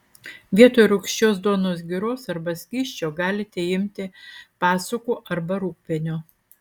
vietoj rūgščios duonos giros arba skysčio galite imti pasukų arba rūgpienio